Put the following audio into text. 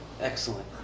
excellent